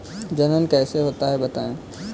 जनन कैसे होता है बताएँ?